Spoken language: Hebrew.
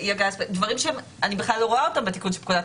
דברים שאני בכלל לא רואה אותם בתיקון לפקודת